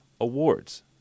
Awards